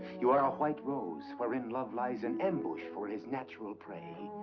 you are a white rose, wherein love lies in ambush for his natural prey.